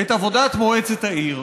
את עבודת מועצת העיר.